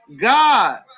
God